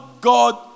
God